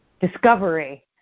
discovery